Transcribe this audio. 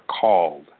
called